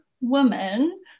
woman